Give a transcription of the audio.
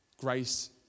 grace